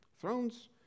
Thrones